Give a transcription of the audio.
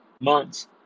months